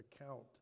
account